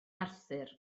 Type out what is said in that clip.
arthur